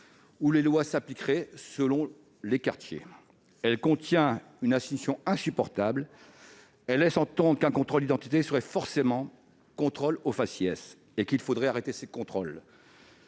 où les lois s'appliqueraient selon les quartiers. Elle contient une insinuation insupportable : elle laisse entendre qu'un contrôle d'identité se ferait forcément au faciès et qu'il faudrait arrêter ces contrôles.